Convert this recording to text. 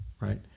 right